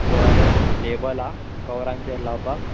बरे लेबलां कवरांचेर लावपाक